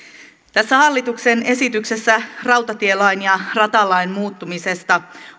tässä hallituksen esityksessä rautatielain ja ratalain muuttamisesta